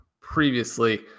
previously